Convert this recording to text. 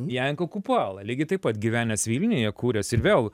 janka kupala lygiai taip pat gyvenęs vilniuje kurės ir vėl